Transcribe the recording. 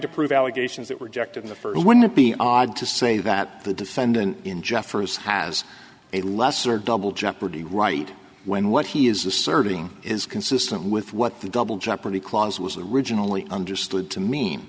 to prove allegations that rejected in the first wouldn't be odd to say that the defendant in jeffers has a lesser double jeopardy right when what he is asserting is consistent with what the double jeopardy clause was originally understood to mean